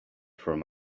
from